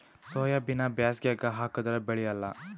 ಸೋಯಾಬಿನ ಬ್ಯಾಸಗ್ಯಾಗ ಹಾಕದರ ಬೆಳಿಯಲ್ಲಾ?